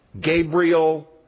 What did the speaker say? Gabriel